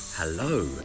Hello